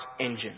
engine